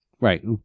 right